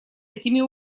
этими